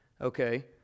okay